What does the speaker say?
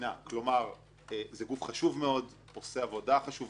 כלומר זה גוף חשוב מאוד, עושה עבודה חשובה מאוד.